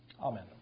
Amen